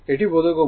এটা বোধগম্য